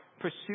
pursue